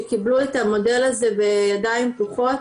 שקיבלו את המודל הזה בידיים פתוחות.